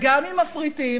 וגם אם מפריטים,